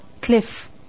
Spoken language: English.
cliff